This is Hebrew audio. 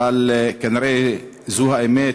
אבל כנראה זו האמת.